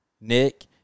Nick